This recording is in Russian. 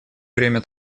бремя